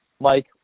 Mike